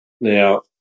Now